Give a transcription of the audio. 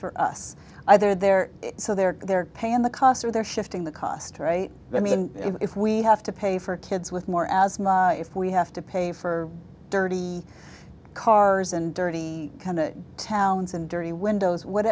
for us either they're so they're they're paying the cost or they're shifting the cost right i mean if we have to pay for kids with more asthma if we have to pay for dirty cars and dirty towns and dirty windows w